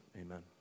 amen